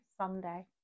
Sunday